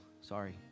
Sorry